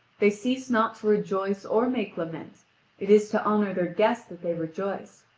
they cease not to rejoice or make lament it is to honour their guest that they rejoice,